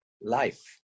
life